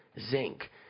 Zinc